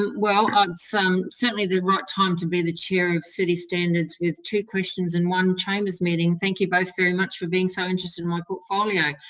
well, and it's certainly the right time to be the chair of city standards with two questions in one chamber's meeting. thank you both very much for being so interested in my portfolio.